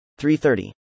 330